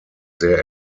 sehr